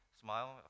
smile